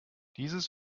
dieses